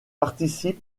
participe